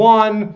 one